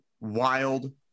Wild